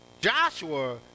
Joshua